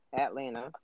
Atlanta